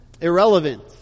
irrelevant